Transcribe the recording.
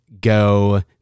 go